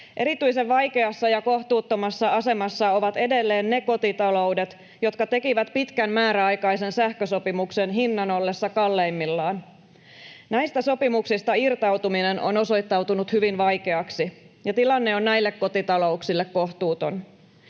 Erityisen vaikeassa ja kohtuuttomassa asemassa ovat edelleen ne kotitaloudet, jotka tekivät pitkän määräaikaisen sähkösopimuksen hinnan ollessa kalleimmillaan. Näistä sopimuksista irtautuminen on osoittautunut hyvin vaikeaksi, ja tilanne on näille kotitalouksille kohtuuton.